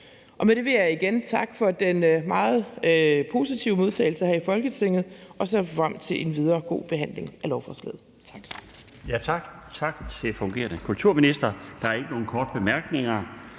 Med det vil jeg igen takke for den meget positive modtagelse her i Folketinget og se frem til en videre god behandling af lovforslaget. Kl.